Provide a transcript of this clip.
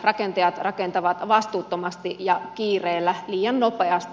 rakentajat rakentavat vastuuttomasti ja kiireellä liian nopeasti